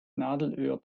nadelöhr